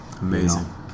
Amazing